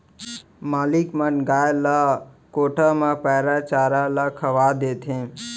मालिक मन गाय ल कोठा म पैरा चारा ल खवा देथे